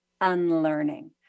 unlearning